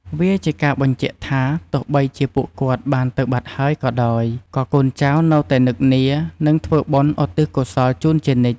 វាជាការបញ្ជាក់ថា ទោះបីជាពួកគាត់បានទៅបាត់ហើយក៏ដោយ ក៏កូនចៅនៅតែនឹកនា និងធ្វើបុណ្យឧទ្ទិសកុសលជូនជានិច្ច។